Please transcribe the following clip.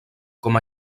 com